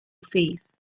fees